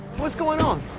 what's going on?